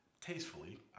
tastefully